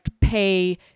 pay